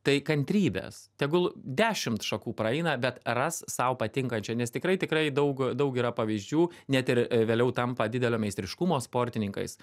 tai kantrybės tegul dešimt šakų praeina bet ras sau patinkančią nes tikrai tikrai daug daug yra pavyzdžių net ir vėliau tampa didelio meistriškumo sportininkais